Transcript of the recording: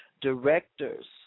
Directors